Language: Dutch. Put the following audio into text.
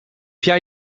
jij